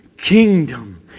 kingdom